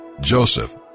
Joseph